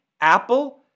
Apple